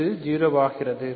இது 0 ஆகிறது